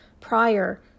prior